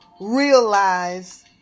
realize